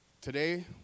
Today